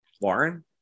warren